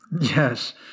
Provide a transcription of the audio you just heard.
Yes